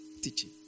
Teaching